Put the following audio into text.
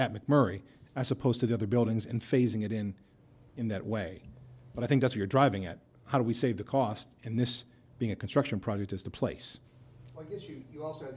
at mcmurray as opposed to the other buildings in phasing it in in that way but i think that's you're driving at how do we save the cost and this being a construction project as the place is you